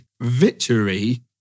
victory